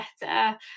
better